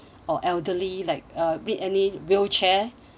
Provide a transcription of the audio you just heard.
or elderly like uh need any wheelchair